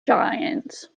giants